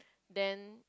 then